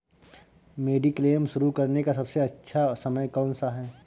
Mediclaim शुरू करने का सबसे अच्छा समय कौनसा है?